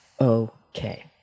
okay